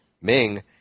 Ming